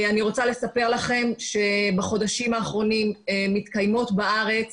אני רוצה לספר לכם שבחודשים האחרונים מתקיימות בארץ